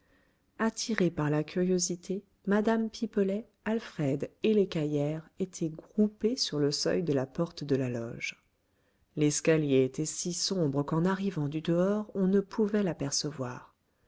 attirés par la curiosité mme pipelet alfred et l'écaillère étaient groupés sur le seuil de la porte de la loge l'escalier était si sombre qu'en arrivant du dehors on ne pouvait l'apercevoir